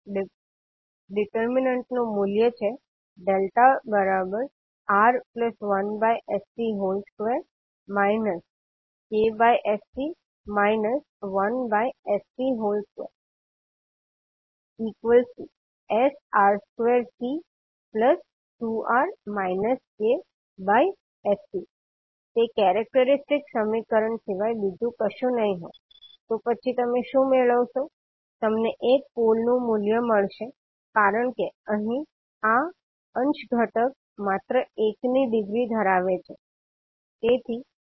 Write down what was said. determinant નું મૂલ્ય છે ∆R1sC2 ksC 1s2C2 sR2C2R ksC તે કેરેક્ટરીસ્ટીક સમીકરણ સિવાય બીજું કશું નહીં હોય તો પછી તમે શું મેળવશો તમને એક પોલ નું મૂલ્ય મળશે કારણ કે અહીં આ અંશ ઘટક માત્ર 1 ની ડિગ્રી ધરાવે છે